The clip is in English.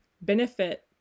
benefit